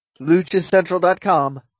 LuchaCentral.com